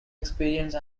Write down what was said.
experience